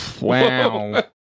Wow